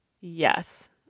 yes